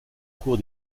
cours